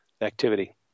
activity